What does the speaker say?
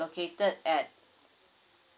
located at